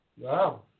Wow